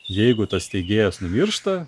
jeigu tas steigėjas numiršta